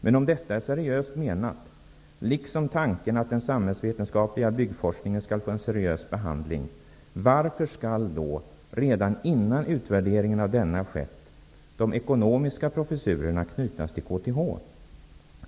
Men om detta är seriöst menat, liksom tanken att den samhällsvetenskapliga byggforskningen skall få en seriös behandling, varför skall då redan innan utvärderingen av denna har skett, de ekonomiska professurerna knytas till KTH?